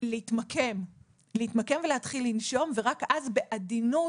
ומשהו להתמקם ולהתחיל לנשום ורק אז בעדינות